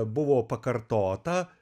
buvo pakartota